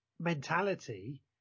mentality